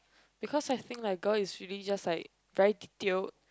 because I think like girl is really just like very detailed